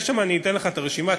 אתן לך את הרשימה,